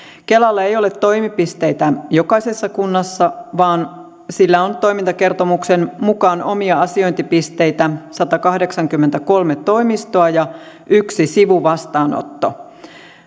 kelalla ei ole toimipisteitä jokaisessa kunnassa vaan sillä on toimintakertomuksen mukaan omia asiointipisteitä satakahdeksankymmentäkolme toimistoa ja yksi sivuvastaanotto